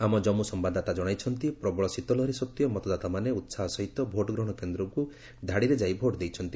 ଆମ ଜନ୍ମୁ ସମ୍ଭାଦଦାତା ଜଣାଇଛନ୍ତି ପ୍ରବଳ ଶୀତଲହରୀ ସତ୍ତ୍ୱେ ମତଦାତାମାନେ ଉହାହ ସହିତ ଭୋଟ୍ ଗ୍ରହଣ କେନ୍ଦ୍ରକୁ ଧାଡ଼ିରେ ଯାଇ ଭୋଟ୍ ଦେଇଛନ୍ତି